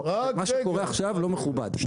מה שקורה עכשיו לא מכובד.